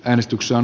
äänestyksen